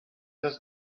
does